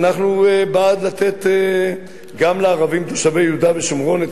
אנחנו בעד לתת גם לערבים תושבי יהודה ושומרון את